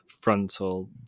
frontal